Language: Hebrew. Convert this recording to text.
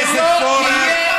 זה לא יהיה,